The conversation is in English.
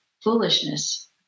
foolishness